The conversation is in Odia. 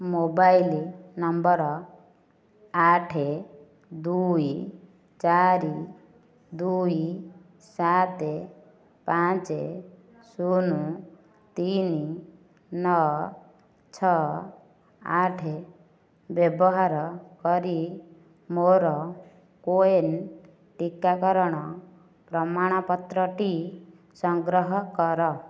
ମୋବାଇଲ୍ ନମ୍ବର୍ ଆଠେ ଦୁଇ ଚାରି ଦୁଇ ସାତେ ପାଞ୍ଚେ ଶୁନ ତିନି ନଅ ଛଅ ଆଠେ ବ୍ୟବହାର କରି ମୋର କୋୱିନ୍ ଟିକାକରଣର ପ୍ରମାଣପତ୍ରଟି ସଂଗ୍ରହ କର